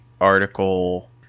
article